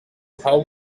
how